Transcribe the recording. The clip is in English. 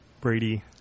brady